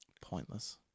pointless